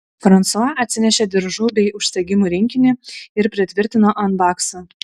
fransua atsinešė diržų bei užsegimų rinkinį ir pritvirtino ant bakso